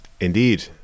Indeed